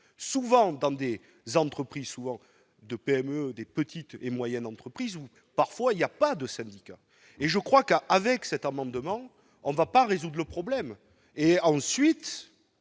souvent dans des entreprises, souvent de PME, des petites et moyennes entreprises où parfois il y a pas de syndicats, et je crois que avec cet amendement on va pas résoudre le problème, et ensuite